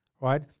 right